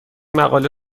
مقاله